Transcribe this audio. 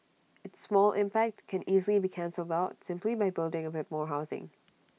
its small impact can easily be cancelled out simply by building A bit more housing